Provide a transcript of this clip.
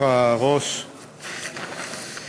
עפרה רוס,